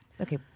Okay